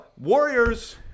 Warriors